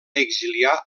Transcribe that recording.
exiliar